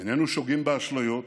איננו שוגים באשליות,